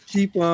Keep